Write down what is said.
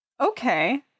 Okay